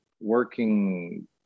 working